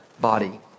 body